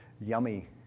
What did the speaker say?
yummy